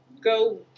go